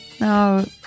No